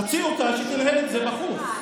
תוציא אותה, שתנהל את זה בחוץ.